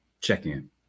check-in